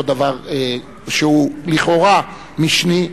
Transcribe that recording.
עוד דבר שהוא לכאורה משני,